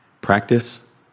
practice